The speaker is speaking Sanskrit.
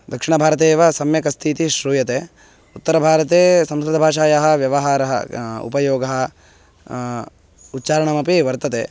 दक्षिणभारते एव सम्यक् अस्तीति श्रूयते उत्तरभारते संस्कृतभाषायाः व्यवहारः उपयोगः उच्चारणमपि वर्तते